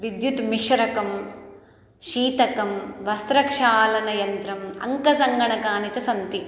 विद्युत्मिश्रकं शीतकं वस्त्रक्षालनयन्त्रम् अङ्कसङ्गणकानि च सन्ति